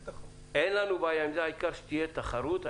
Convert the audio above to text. העיקר שתהיה תחרות,